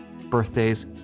birthdays